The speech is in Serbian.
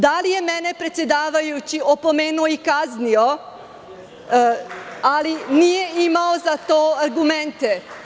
Da li je mene predsedavajući opomenuo i kaznio, ali nije imao za to argumente?